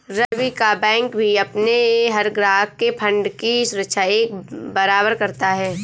रवि का बैंक भी अपने हर ग्राहक के फण्ड की सुरक्षा एक बराबर करता है